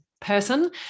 person